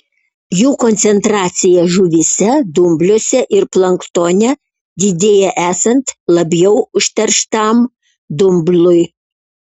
jų koncentracija žuvyse dumbliuose ir planktone didėja esant labiau užterštam dumblui